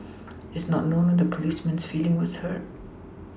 it's not known if the policeman's feeling was hurt